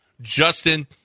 Justin